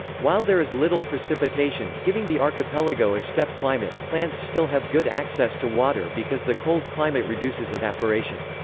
while there is little precipitation, giving the archipelago a steppe climate, plants still have good access to water because the cold climate reduces evaporation.